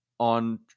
on